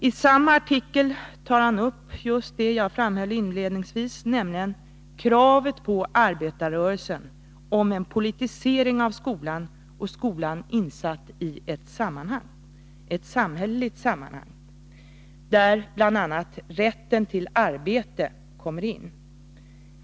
I samma artikel tar han upp just det jag inledningsvis framhöll, nämligen kravet på arbetarrörelsen på en politisering av skolan och skolan insatt i ett samhälleligt sammanhang, där bl.a. rätten till arbete kommer in.